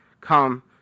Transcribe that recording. come